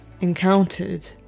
encountered